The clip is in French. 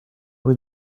rue